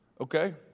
okay